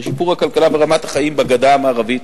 שיפור הכלכלה ורמת החיים בגדה המערבית,